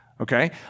Okay